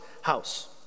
house